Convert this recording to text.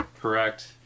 Correct